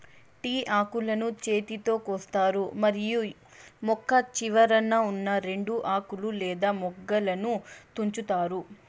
tea ఆకులను చేతితో కోస్తారు మరియు మొక్క చివరన ఉన్నా రెండు ఆకులు లేదా మొగ్గలను తుంచుతారు